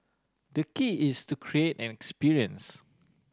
the key is to create an experience